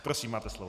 Prosím, máte slovo.